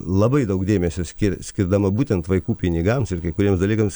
labai daug dėmesio skir skirdama būtent vaikų pinigams ir kai kuriems dalykams